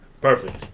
Perfect